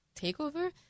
takeover